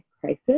crisis